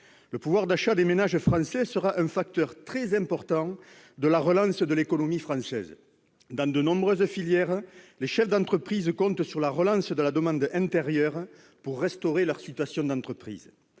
Le pouvoir d'achat des ménages français sera un facteur très important de la relance de l'économie française. Dans de nombreuses filières, les chefs d'entreprise comptent sur la relance de la demande intérieure pour restaurer la situation de leur entreprise.